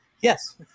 Yes